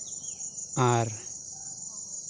ᱟᱨ